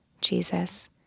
Jesus